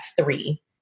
three